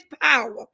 power